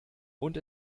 und